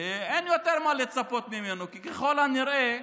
אין מה לצפות ממנו יותר, כי ככל הנראה,